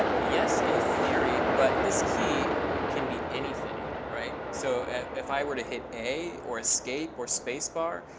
ah yes, in theory. but this key can be anything, right? so if i were to hit a, or escape, or spacebar,